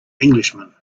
englishman